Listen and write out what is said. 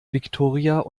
viktoria